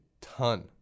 ton